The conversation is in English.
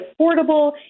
affordable